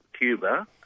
Cuba